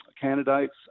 candidates